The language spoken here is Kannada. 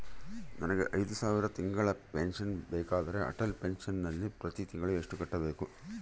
ನನಗೆ ಐದು ಸಾವಿರ ತಿಂಗಳ ಪೆನ್ಶನ್ ಬೇಕಾದರೆ ಅಟಲ್ ಪೆನ್ಶನ್ ನಲ್ಲಿ ಪ್ರತಿ ತಿಂಗಳು ಎಷ್ಟು ಕಟ್ಟಬೇಕು?